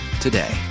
today